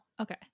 Okay